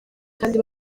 kandi